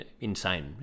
insane